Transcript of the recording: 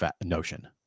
notion